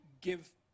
give